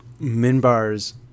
Minbar's